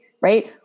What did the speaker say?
right